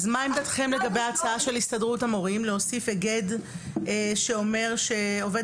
מהי עמדתכם לגבי ההצעה של ההסתדרות המורים: להוסיף היגד שאומר שעובד